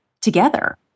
together